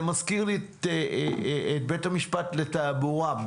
זה מזכיר לי את בית המשפט לתעבורה.